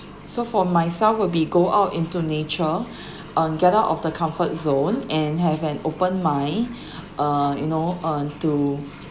so for myself will be go out into nature uh get out of the comfort zone and have an open mind uh you know uh to